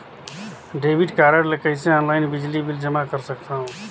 Debit card ले कइसे online बिजली बिल जमा कर सकथव?